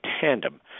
tandem